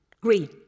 green